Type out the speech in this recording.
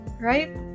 right